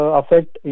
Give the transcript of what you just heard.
affect